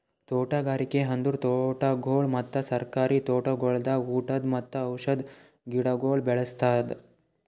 ತೋಟಗಾರಿಕೆ ಅಂದುರ್ ತೋಟಗೊಳ್ ಮತ್ತ ಸರ್ಕಾರಿ ತೋಟಗೊಳ್ದಾಗ್ ಊಟದ್ ಮತ್ತ ಔಷಧ್ ಗಿಡಗೊಳ್ ಬೆ ಳಸದ್